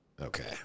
Okay